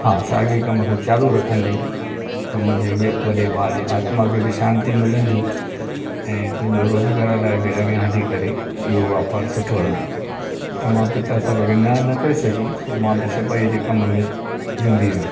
हा साॻे कम खे चालू रखंदे त मुंहिंजे ॿिए वॾे भाउ जे आत्मा खे बि शांति मिलंदी ऐं तुंहिंजो रोज़गार लाइ बि अॻियां हली करे इहो वापारु सुठो रहंदो त मां पिता साहिब खे न न करे सघियुमि पोइ मां बि छपाईअ जे कमु में जुंबी वयुमि